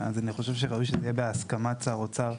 אז אני חושב שראוי ששינוי הסטטוס קוו יהיה בהסכמת שר האוצר.